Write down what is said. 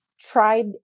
tried